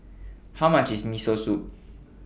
How much IS Miso Soup